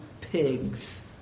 pigs